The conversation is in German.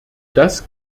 das